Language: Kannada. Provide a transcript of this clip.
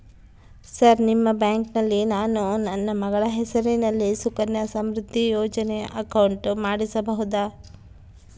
ಸರ್ ನಿಮ್ಮ ಬ್ಯಾಂಕಿನಲ್ಲಿ ನಾನು ನನ್ನ ಮಗಳ ಹೆಸರಲ್ಲಿ ಸುಕನ್ಯಾ ಸಮೃದ್ಧಿ ಯೋಜನೆ ಅಕೌಂಟ್ ಮಾಡಿಸಬಹುದಾ?